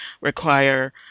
require